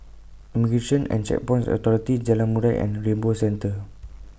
Immigration and Checkpoints Authority Jalan Murai and Rainbow Centre